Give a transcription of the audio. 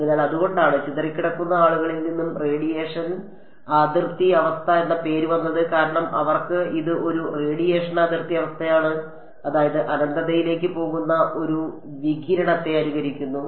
അതിനാൽ അതുകൊണ്ടാണ് ചിതറിക്കിടക്കുന്ന ആളുകളിൽ നിന്ന് റേഡിയേഷൻ അതിർത്തി അവസ്ഥ എന്ന പേര് വന്നത് കാരണം അവർക്ക് ഇത് ഒരു റേഡിയേഷൻ അതിർത്തി അവസ്ഥയാണ് അതായത് അനന്തതയിലേക്ക് പോകുന്ന ഒരു വികിരണത്തെ അനുകരിക്കുന്നു